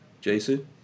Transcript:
Jason